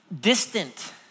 distant